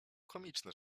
komiczne